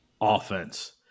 offense